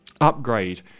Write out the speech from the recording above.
upgrade